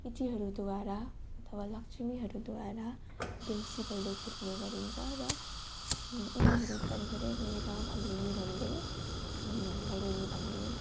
केटीहरूद्वारा अथवा लक्ष्मीहरूद्वारा देउसी भैलो खेल्ने गरिन्छ र उनीहरू घर घरै गएर भैलिनी भन्दै भैलिनी भन्दै